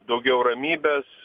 daugiau ramybės